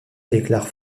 déclare